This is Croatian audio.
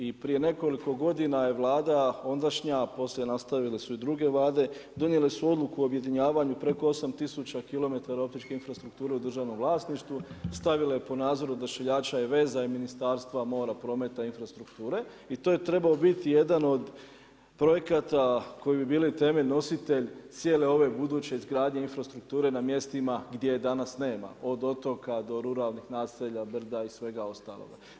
I prije nekoliko godina je Vlada ondašnja poslije nastavile su i druge Vlade, donijele su odluku o objedinjavanju preko 8000 km optičke infrastrukture u državno vlasništvu, stavile pod nadzorom odašiljača i veza i Ministarstva mora, prometa i infrastrukture i to je trebao biti jedan od projekata koji bi bili temelj, nositelj, cijele ove buduće izgradnje infrastrukture na mjestima gdje ih danas nema, od otoka, do ruralnih naselja … i svega ostaloga.